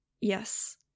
Yes